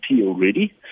already